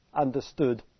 understood